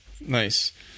Nice